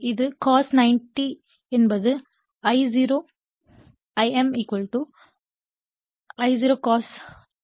எனவே இது cos 90 என்பது I0 Im I0 cos 90 ∅0 ஆக இருக்கும்